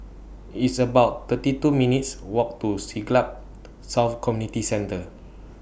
It's about thirty two minutes' Walk to Siglap South Community Centre